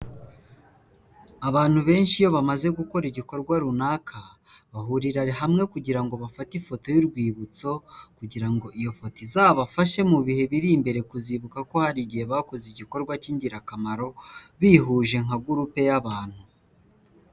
Abantu benshi iyo bamaze gukora igikorwa runaka bahurira hamwe kugirango ngo bafate ifoto y'urwibutso kugira ngo iyo foto izabafashe mu bihe biri imbere kuzibuka ko hari igihe bakoze igikorwa cy'ingirakamaro bihuje nka gurupe y'abantu.